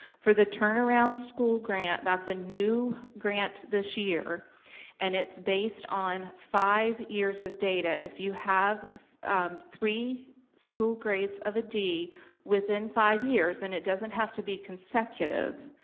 for the turnaround school grant, that's a new grant this year and, it's based on five years of data. if you have three school grades of a d within five years, and it doesn't have to be consecutive,